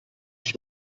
dich